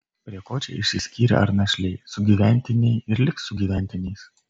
prie ko čia išsiskyrę ar našliai sugyventiniai ir liks sugyventiniais